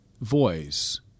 voice